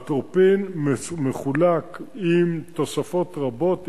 האטרופין מחולק עם תוספות רבות,